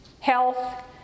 health